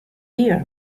here